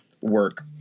work